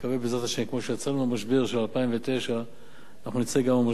כמו שיצאנו מהמשבר של 2009 אנחנו נצא גם מהמשבר הנוכחי,